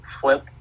flip